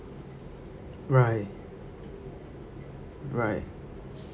right right